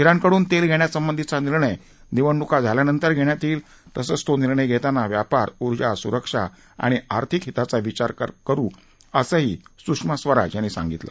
जिणकडून तेल घेण्यासंबंधीचा निर्णय निवडणुका झाल्यानंतर घेण्यात येईल तसंच तो निर्णय घेताना व्यापार ऊर्जा सुरक्षा आणि आर्थिक हिताचा विचार केला जाईल असंही सुषमा स्वराज यांनी सांगितलं